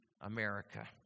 America